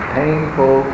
painful